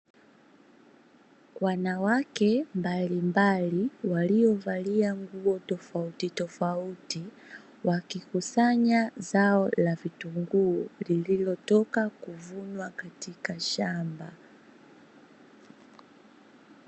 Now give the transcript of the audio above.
Wanawake mbalimbali waliovalia nguo tofautitofauti, wakikusanya zao la vitungu lililotoka kuvunwa katika shamba.